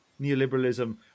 Neoliberalism